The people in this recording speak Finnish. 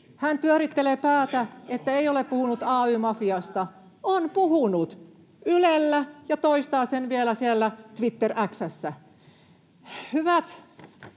Hän pyörittelee päätä, että ei ole puhunut ay-mafiasta — on puhunut Ylellä ja toistaa sen vielä siellä Twitter-X:ssä.